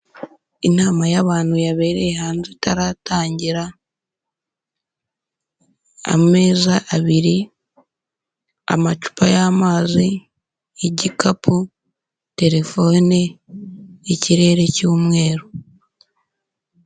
Inama y'abantu yabereye hanze itaratangira, ameza abiri, amacupa y'amazi, igikapu, terefone, ikirere cy'umweru.